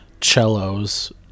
cellos